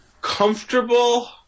Comfortable